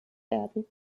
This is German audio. werden